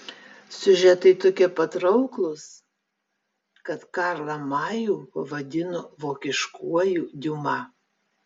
siužetai tokie patrauklūs kad karlą majų pavadino vokiškuoju diuma